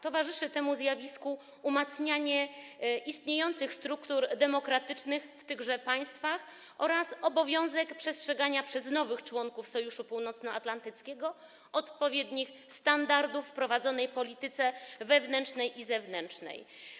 Temu zjawisku towarzyszy umacnianie istniejących struktur demokratycznych w tychże państwach oraz obowiązek przestrzegania przez nowych członków Sojuszu Północnoatlantyckiego odpowiednich standardów w zakresie prowadzonej polityki wewnętrznej i zewnętrznej.